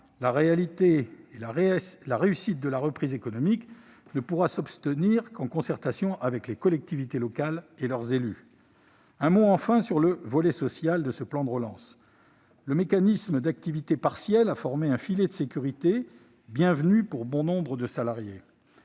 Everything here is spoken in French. mois : la réussite de la reprise économique ne pourra s'obtenir qu'en concertation avec les collectivités locales et leurs élus. Un mot enfin sur le volet social de ce plan de relance. Le mécanisme d'activité partielle a formé un filet de sécurité bienvenu pour bon nombre de salariés.